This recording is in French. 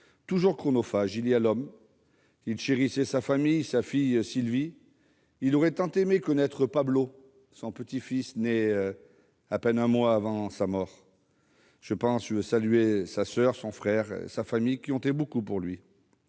toujours chronophages, il y avait l'homme. Il chérissait sa famille, sa fille Sylvie. Il aurait tant aimé connaître Pablo, son petit-fils, né à peine un mois avant sa mort. Je veux saluer sa soeur, son frère et sa famille, qui comptaient beaucoup pour lui.